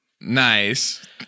nice